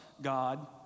God